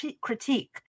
critique